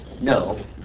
No